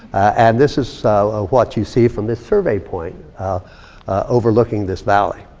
and this is so ah what you see from this survey point overlooking this valley.